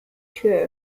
tür